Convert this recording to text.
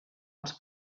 els